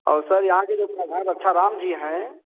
और सर यहाँ के जो प्रधान रक्षा राम जी हैं